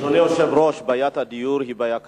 אדוני היושב-ראש, בעיית הדיור היא בעיה קשה.